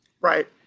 Right